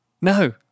No